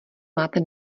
máte